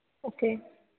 okay